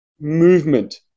movement